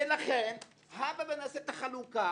לכן הבה נעשה את החלוקה,